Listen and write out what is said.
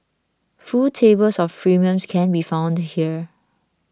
full tables of premiums can be found here